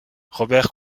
robert